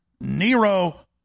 Nero